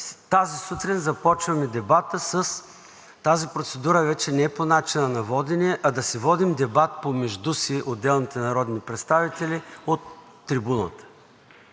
тази сутрин започваме дебата с тази процедура – вече не е по начина на водене, а да си водим дебат помежду си отделните народни представители от трибуната.